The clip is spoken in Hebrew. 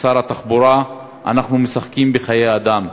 לשר התחבורה: אנחנו משחקים בחיי אדם.